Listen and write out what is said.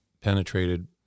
penetrated